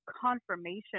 confirmation